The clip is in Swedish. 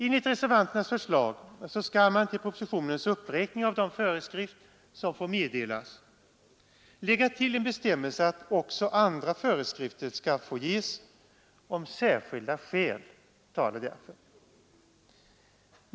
Enligt reservanternas förslag skall man till propositionens uppräkning av de föreskrifter som får meddelas lägga till en bestämmelse att också andra föreskrifter skall få ges om särskilda skäl talar härför.